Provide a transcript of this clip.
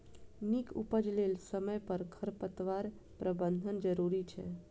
नीक उपज लेल समय पर खरपतवार प्रबंधन जरूरी छै